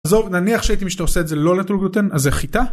עזוב נניח שהייתי מבין שאתה עושה את זה לא נטול גלוטן, אז זה חיטה?